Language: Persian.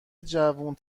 جوون